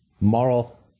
Moral